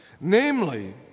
Namely